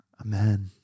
Amen